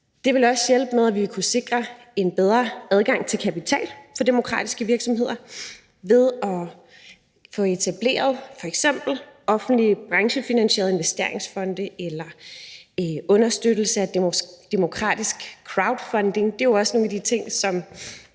Det ville også hjælpe med til at kunne sikre en bedre adgang til kapital for demokratiske virksomheder ved at få etableret f.eks. offentlige branchefinansierede investeringsfonde eller ved understøttelse af demokratisk crowdfunding. Det er nogle af de ting,